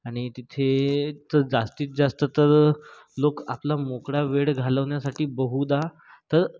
आणि तिथे तर जास्तीत जास्त तर लोक आपला मोकळा वेळ घालवण्यासाठी बहुधा तर